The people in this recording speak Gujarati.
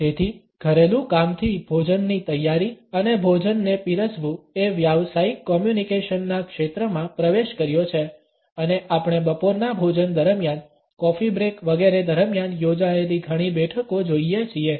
તેથી ઘરેલું કામથી ભોજનની તૈયારી અને ભોજનને પીરસવું એ વ્યાવસાયિક કોમ્યુનિકેશનના ક્ષેત્રમાં પ્રવેશ કર્યો છે અને આપણે બપોરના ભોજન દરમિયાન કોફી બ્રેક વગેરે દરમિયાન યોજાયેલી ઘણી બેઠકો જોઈએ છીએ